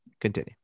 continue